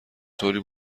طوری